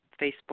Facebook